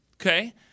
Okay